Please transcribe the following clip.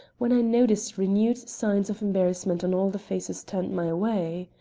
when i noticed renewed signs of embarrassment on all the faces turned my way.